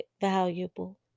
valuable